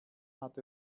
hat